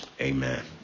Amen